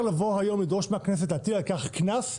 לבוא היום לדרוש מהכנסת להטיל על כך קנס,